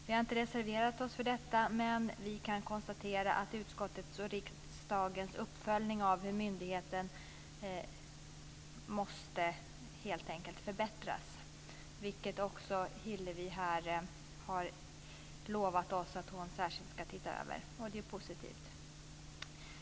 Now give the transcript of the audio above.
Vi har inte reserverat oss för detta, men vi kan konstatera att utskottets och riksdagens uppföljning av myndigheten måste helt enkelt förbättras - vilket också Hillevi Larsson har lovat oss att hon särskilt ska se över. Det är positivt.